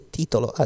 titolo